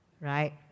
right